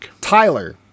Tyler